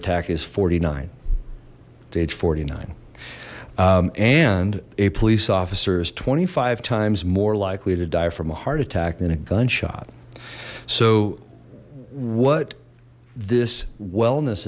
attack is forty nine at age forty nine and a police officer is twenty five times more likely to die from a heart attack than a gunshot so what this wellness